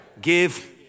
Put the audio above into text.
give